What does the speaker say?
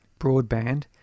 broadband